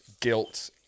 guilt